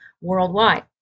worldwide